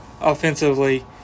offensively